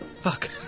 Fuck